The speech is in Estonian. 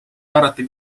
määrata